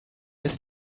his